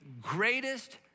greatest